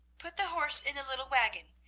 put the horse in the little waggon,